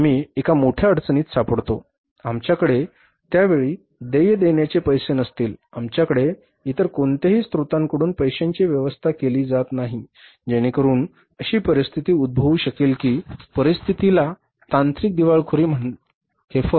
म्हणून आम्ही एका मोठ्या अडचणीत सापडतो आमच्याकडे त्या वेळी देय देण्याचे पैसे नसतील आमच्याकडे इतर कोणत्याही स्रोतांकडूनही पैशांची व्यवस्था केली जात नाही जेणेकरून अशी परिस्थिती उद्भवू शकेल की परिस्थितीला तांत्रिक दिवाळखोरी म्हणतात